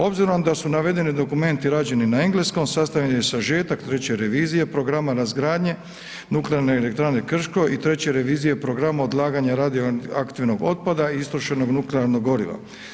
Obzirom da su navedeni dokumenti rađeni na engleskom, sastavljen je sažetak treće revizije programa razgradnje Nuklearne elektrane Krško i treće revizije programa odlaganja radioaktivnog otpada istrošenog nuklearnog goriva.